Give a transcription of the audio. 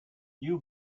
you